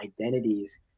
identities